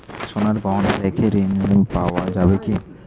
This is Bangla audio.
সোনার গহনা রেখে ঋণ পাওয়া যাবে কি?